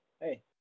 Hey